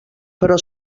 però